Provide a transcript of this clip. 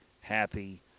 happy